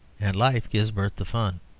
and life gives birth to fun.